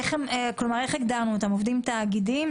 איך הגדרנו אותם, עובדים תאגידיים?